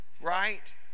Right